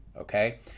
okay